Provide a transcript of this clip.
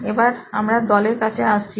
এবার আমরা দলের কাছে আসছি